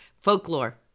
folklore